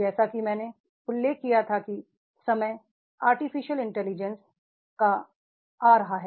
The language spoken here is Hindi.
जैसा कि मैंने उल्लेख किया है कि समय आर्टिफिशियल इंटेलिजेंस का समय आ रहा है